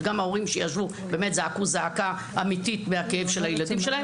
גם ההורים שישבו וזעקו זעקה אמיתית מהכאב של הילדים שלהם,